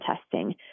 testing